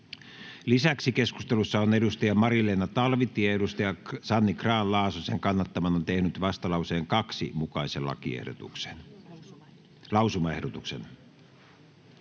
Lisäksi keskustelussa on Mari-Leena Talvitie Sanni Grahn-Laasosen kannattamana tehnyt vastalauseen 2 mukaisen lausumaehdotuksen.